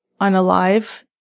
unalive